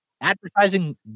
advertising